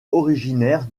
originaire